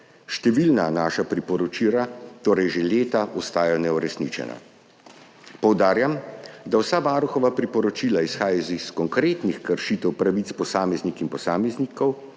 Številna naša priporočila torej že leta ostajajo neuresničena. Poudarjam, da vsa Varuhova priporočila izhajajo iz konkretnih kršitev pravic posameznic in posameznikov,